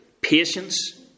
patience